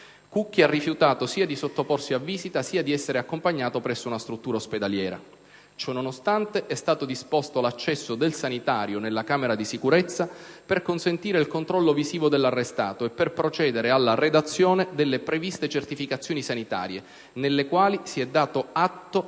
Cucchi ha rifiutato sia di sottoporsi a visita, sia di essere accompagnato presso una struttura ospedaliera. Ciò nonostante, è stato disposto l'accesso del sanitario nella camera di sicurezza per consentire il controllo visivo dell'arrestato e per procedere alla redazione delle previste certificazioni sanitarie, nelle quali si è dato atto